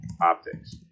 optics